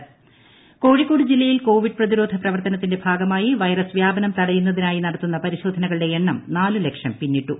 Covid പരിശോധനകൾ കോഴിക്കോട് ജില്ലയിൽ covid പ്രതിരോധ പ്രവർത്തനത്തിന്റെ ഭാഗമായി വൈറസ് വ്യാപനം തടയുന്നതിനായി നടത്തുന്ന പരിശോധനകളുടെ എണ്ണം നാലു ലക്ഷക്ക് പിന്നിട്ടു